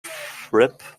fripp